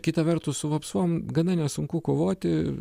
kita vertus su vapsvom gana nesunku kovoti